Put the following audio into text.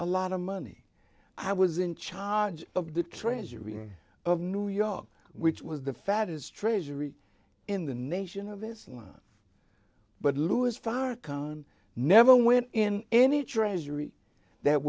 a lot of money i was in charge of the treasury of new york which was the fat as treasury in the nation of islam but louis farrakhan never went in any treasury that